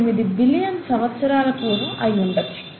8 billion సంవత్సరాల పూర్వం అయ్యుండొచ్చు